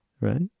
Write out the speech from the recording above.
right